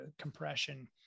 compression